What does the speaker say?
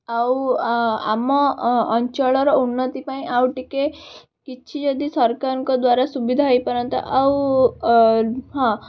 ଆଉ ଆମ ଅଞ୍ଚଳର ଉନ୍ନତି ପାଇଁ ଆଉ ଟିକିଏ କିଛି ଯଦି ସରକାରଙ୍କ ଦ୍ଵାରା ସୁବିଧା ହୋଇପାରନ୍ତା ଆଉ ହଁ